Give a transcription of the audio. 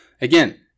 again